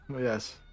Yes